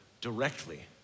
directly